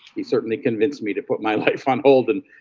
he certainly convinced me to put my life on hold and